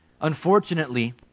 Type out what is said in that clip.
Unfortunately